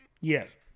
Yes